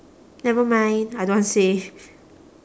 never mind I don't want to say